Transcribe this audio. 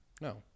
No